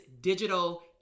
digital